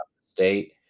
state